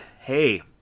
hey